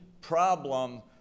problem